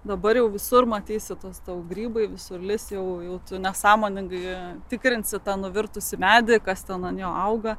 dabar jau visur matysiu tuos tavo grybai visur lis jau tu nesąmoningai tikrinsi tą nuvirtusį medį kas ten ant jo auga